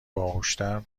باهوشتر